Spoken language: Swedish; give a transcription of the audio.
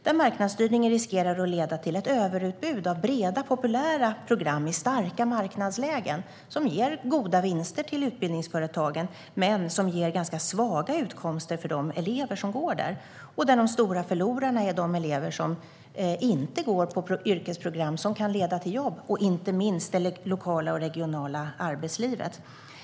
Den marknadsstyrningen riskerar att leda till ett överutbud av breda, populära program i starka marknadslägen som ger goda vinster till utbildningsföretagen men som ger ganska svaga utkomster för de elever som går där. De stora förlorarna är de elever som inte går på yrkesprogram som kan leda till jobb och inte minst det lokala och regionala arbetslivet.